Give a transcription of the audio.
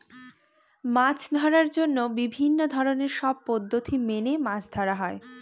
মাছ ধরার জন্য বিভিন্ন ধরনের সব পদ্ধতি মেনে মাছ ধরা হয়